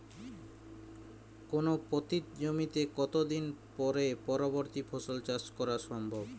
কোনো পতিত জমিতে কত দিন পরে পরবর্তী ফসল চাষ করা সম্ভব?